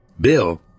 Bill